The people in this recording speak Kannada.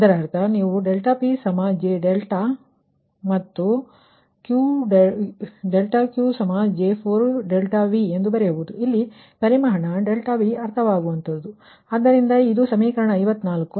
ಅದರಿಂದ ಇದರ ಅರ್ಥ ನೀವು ∆PJ1∆δ ಮತ್ತು ∆QJ4∆V ಎಂದು ಬರೆಯಬಹುದು ಇಲ್ಲಿ ಪರಿಮಾಣ ∆V ಅರ್ಥವಾಗುವಂತದ್ದು